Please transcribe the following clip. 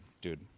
Dude